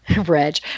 Reg